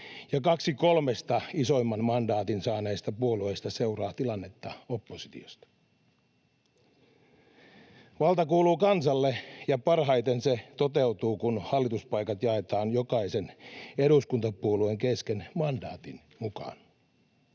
ja kaksi kolmesta isoimman mandaatin saaneista puolueista seuraa tilannetta oppositiosta. Valta kuuluu kansalle, ja parhaiten se toteutuu, kun hallituspaikat jaetaan jokaisen eduskuntapuolueen kesken mandaatin mukaan.